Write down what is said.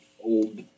old